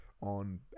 on